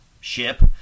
ship